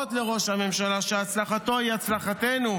אצבעות לראש הממשלה, הצלחתו היא הצלחתנו,